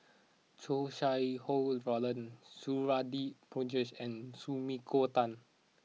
Chow Sau Hai Roland Suradi Parjo and Sumiko Tan